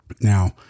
Now